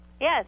Yes